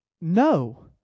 no